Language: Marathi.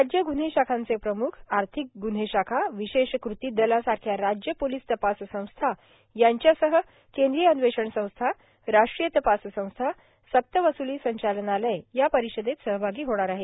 राज्य ग्न्हे शाखांचे प्रम्ख आर्थिक ग्न्हे शाखा विशेष कृती दलासारख्या राज्य पोलीस तपास संस्था यांच्यासह केंद्रीय अन्वेषण संस्था राष्ट्रीय तपास संस्था सक्तवस्ली संचालनालय या परिषदेत सहभागी होणार आहेत